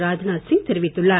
ராஜ்நாத் சிங் தெரிவித்துள்ளார்